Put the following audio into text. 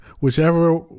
Whichever